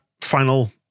Final